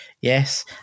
yes